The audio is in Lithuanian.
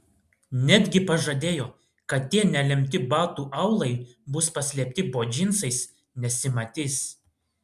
netgi pažadėjo kad tie nelemti batų aulai bus paslėpti po džinsais nesimatys